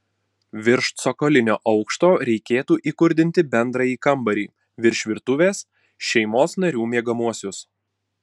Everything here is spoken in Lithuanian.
virš cokolinio aukšto reikėtų įkurdinti bendrąjį kambarį virš virtuvės šeimos narių miegamuosius